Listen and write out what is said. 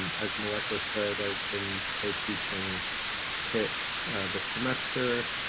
um as meleko said, i've been co-teaching pit this semester.